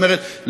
זאת אומרת,